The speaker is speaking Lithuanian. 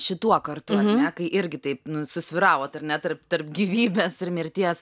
šituo kartu ar ne kai irgi taip susvyravot ar ne tarp tarp gyvybės ir mirties